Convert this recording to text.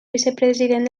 vicepresident